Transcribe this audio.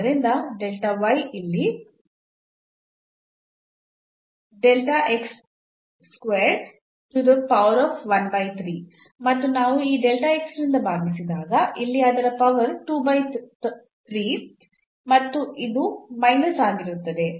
ಆದ್ದರಿಂದ ಇಲ್ಲಿ ಮತ್ತು ನಾವು ಈ ನಿಂದ ಭಾಗಿಸಿದಾಗ ಇಲ್ಲಿ ಅದರ ಪವರ್ 2 ಬೈ 3rd ಮತ್ತು ಇದು ಮೈನಸ್ ಆಗಿರುತ್ತದೆ